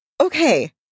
Okay